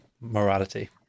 morality